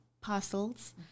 parcels